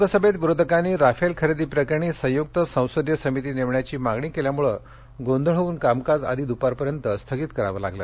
लोकसभेत विरोधकांनी राफेल खरेदी प्रकरणी संयुक्त संसदीय समिती नेमण्याची मागणी केल्यामुळं गोंधळ होऊन कामकाज आधी दुपारपर्यंत स्थगित करावं लागलं